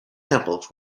temples